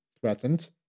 threatened